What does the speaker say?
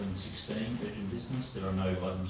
sixteen, urgent business. there are no